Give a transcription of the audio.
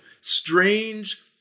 strange